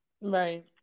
Right